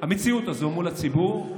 המציאות הזאת מול הציבור,